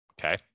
Okay